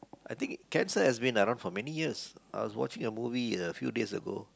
I think cancer has been around for many years I was watching a movie a few days ago